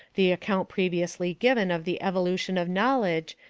the account previously given of the evolution of knowledge,